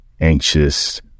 anxious